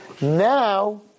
Now